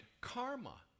karma